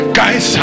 guys